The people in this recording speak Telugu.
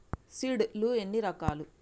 సీడ్ లు ఎన్ని రకాలు?